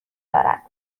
دارد